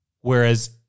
whereas